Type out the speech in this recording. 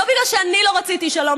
לא בגלל שאני לא רציתי שלום,